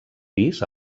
pis